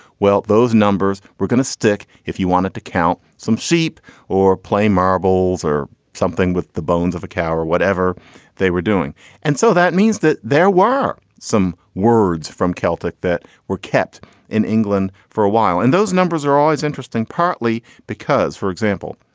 well, those numbers were going to stick. if you wanted to count some sheep or play marbles or something with the bones of a cow or whatever they were doing and so that means that there were some words from celtic that were kept in england for a while. and those numbers are always interesting, partly because, for example,